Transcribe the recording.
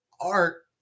art